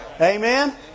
Amen